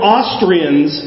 Austrians